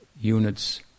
units